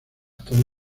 todo